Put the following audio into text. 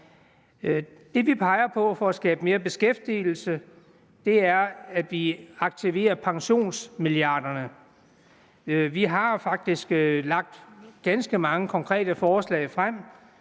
Det, vi peger på for at skabe mere beskæftigelse, er at aktivere pensionsmilliarderne. Vi har faktisk lagt ganske mange konkrete forslag frem